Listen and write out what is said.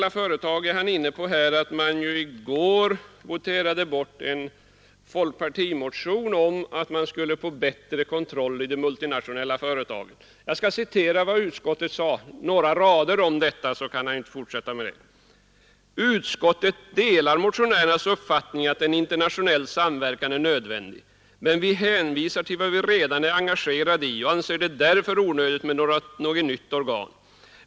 Sedan kom herr Wirtén in på de multinationella företagen och sade att vi i går voterade bort en folkpartimotion om bättre kontroll över de företagen. Jag vill då citera några rader av vad utskottet skrev om den saken; sedan kan herr Wirtén inte fortsätta med det talet: ”Utskottet delar motionärernas uppfattning att en internationell samverkan är nödvändig, men vi hänvisar till vad vi redan är engagerade i och anser därför det onödigt med något nytt organ.